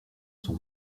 son